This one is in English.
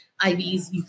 IVs